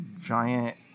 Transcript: giant